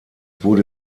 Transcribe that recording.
wurde